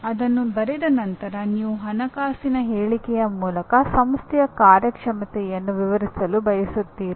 ಅದನ್ನು ಬರೆದ ನಂತರ ನೀವು ಹಣಕಾಸಿನ ಹೇಳಿಕೆಯ ಮೂಲಕ ಸಂಸ್ಥೆಯ ಕಾರ್ಯಕ್ಷಮತೆಯನ್ನು ವಿವರಿಸಲು ಬಯಸುತ್ತೀರಿ